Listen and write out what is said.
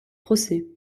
procès